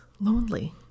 lonely